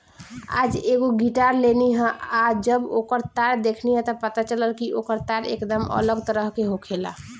आज एगो गिटार लेनी ह आ जब ओकर तार देखनी त पता चलल कि ओकर तार एकदम अलग तरह के होखेला